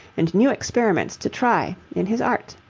and new experiments to try, in his art.